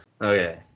Okay